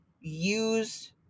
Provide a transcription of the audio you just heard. use